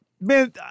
man